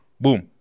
Boom